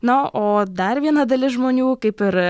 na o dar viena dalis žmonių kaip ir